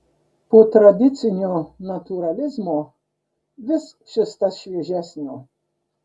po tradicinio natūralizmo vis šis tas šviežesnio